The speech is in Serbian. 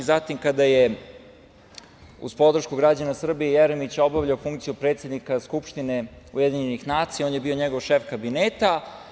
Zatim, kada je, uz podršku građana Srbije, Jeremić obavljao funkciju predsednika Skupštine UN on je bio šef njegovog kabineta.